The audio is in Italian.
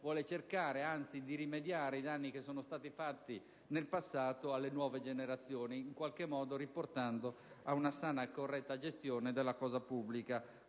vuole cercare anzi di rimediare ai danni che sono stati fatti in passato alle nuove generazioni, ritornando in qualche modo ad una sana e corretta gestione della cosa pubblica,